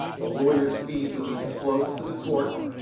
the lawyer's fees would be disclosed to the court,